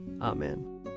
Amen